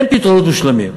אין פתרונות מושלמים,